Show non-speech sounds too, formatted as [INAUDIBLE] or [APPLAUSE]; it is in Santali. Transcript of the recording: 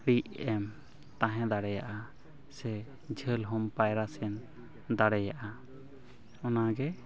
[UNINTELLIGIBLE] ᱮᱢ ᱛᱟᱦᱮᱸ ᱫᱟᱲᱮᱭᱟᱜᱼᱟ ᱥᱮ ᱡᱷᱟᱹᱞ ᱦᱚᱸᱢ ᱯᱟᱭᱨᱟ ᱥᱮᱱ ᱫᱟᱲᱮᱭᱟᱜᱼᱟ ᱚᱱᱟᱜᱮ